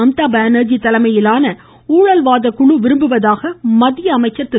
மம்தா பானர்ஜி தலைமையிலான ஊழல்வாதிகள் விரும்புவதாக மத்திய அமைச்சர் திரு